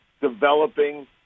developing